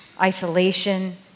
isolation